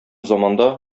заманда